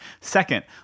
Second